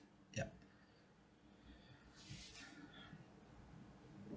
yup